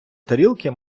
тарілки